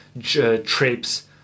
trips